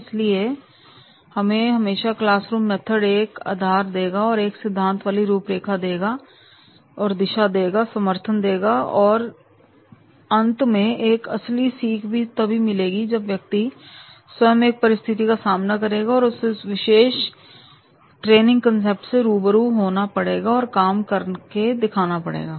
इसलिए हमेशा classroom method एक आधार देगा एक सिद्धांत वाली रूपरेखा देगा दिशा देगा और समर्थन देगा पर अंत में एक असली सीख तभी मिलेगी जब व्यक्ति स्वयं एक परिस्थिति का सामना करेगा और उसे एक विशेष ट्रेनिंग कंसेप्ट से रूबरू होना पड़ेगा और काम करके दिखाना पड़ेगा